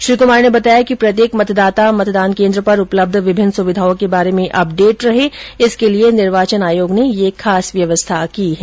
श्री कुमार ने बताया कि प्रत्येक मतदाता मतदान केन्द्र पर उपलब्ध विभिन्न सुविधाओं के बारे में अपडेट रहे इसके लिए निर्वाचन आयोग ने ये खास व्यवस्था की है